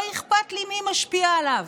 לא אכפת לי מי משפיע עליו,